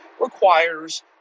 requires